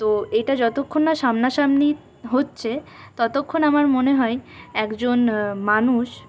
তো এটা যতক্ষণ না সামনাসামনি হচ্ছে ততক্ষণ আমার মনে হয় একজন মানুষ